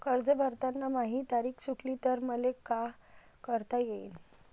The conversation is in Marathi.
कर्ज भरताना माही तारीख चुकली तर मले का करता येईन?